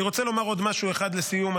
אני רוצה לומר עוד משהו אחד לסיום,